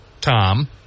Tom